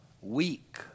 weak